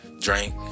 drink